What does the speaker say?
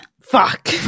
fuck